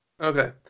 Okay